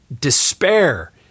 despair